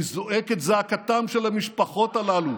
אני זועק את זעקתן של המשפחות הללו,